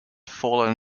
fallen